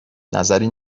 نظری